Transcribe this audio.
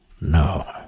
No